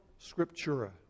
scriptura